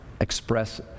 express